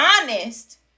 honest